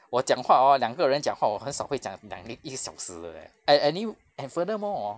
我讲话 hor 两个人讲话我很少会讲两一个小时的 leh at~ an~ and furthermore hor